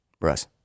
Russ